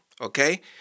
Okay